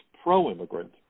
pro-immigrant